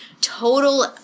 total